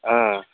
હં